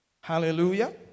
Hallelujah